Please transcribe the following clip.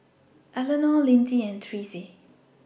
Elenore Linzy and Therese